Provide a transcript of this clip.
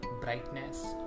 brightness